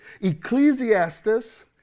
Ecclesiastes